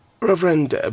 Reverend